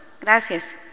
Gracias